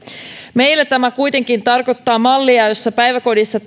meille tämä kuitenkin tarkoittaa mallia jossa päiväkodissa